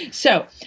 so,